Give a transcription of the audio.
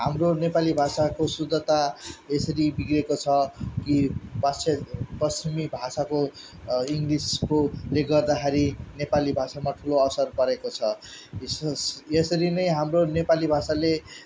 हाम्रो नेपाली भाषाको शुद्धता यसरी बिग्रिएको छ कि पाश्चे पश्चिमी भाषाको इङ्ग्लिसकोले गर्दाखेरि नेपाली भाषामा ठुलो असर परेको छ विशेष यसरी नै हाम्रो नेपाली भाषाले